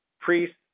priests